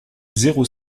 zéro